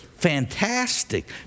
Fantastic